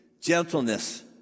gentleness